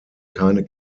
keine